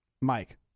Mike